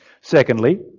Secondly